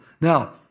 Now